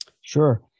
Sure